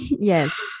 Yes